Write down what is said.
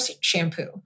shampoo